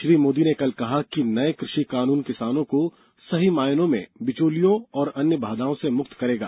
श्री मोदी ने कल कहा कि नये कृषि कानून किसानों को सही मायने में बिचौलियों और अन्य बाधाओं से मुक्त करेगा